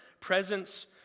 presence